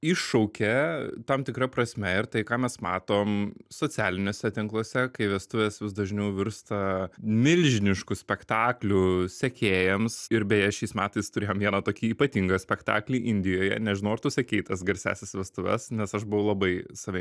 iššaukė tam tikra prasme ir tai ką mes matom socialiniuose tinkluose kai vestuvės vis dažniau virsta milžinišku spektakliu sekėjams ir beje šiais metais turėjom vieną tokį ypatingą spektaklį indijoje nežinau ar tu sekei tas garsiąsias vestuves nes aš buvau labai save